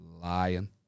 lying